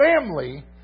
family